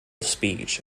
speech